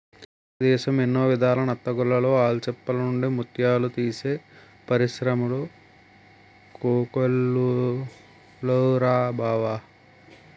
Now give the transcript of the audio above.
మన దేశం ఎన్నో విధాల నత్తగుల్లలు, ఆల్చిప్పల నుండి ముత్యాలు తీసే పరిశ్రములు కోకొల్లలురా బావా